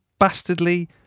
Bastardly